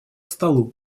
столу